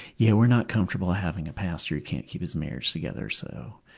yeah, we're not comfortable having a pastor who can't keep his marriage together, so,